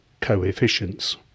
coefficients